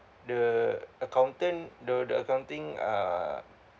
the accountant the the accounting uh